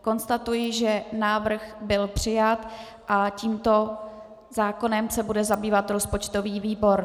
Konstatuji, že návrh byl přijat a tímto zákonem se bude zabývat rozpočtový výbor.